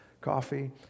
coffee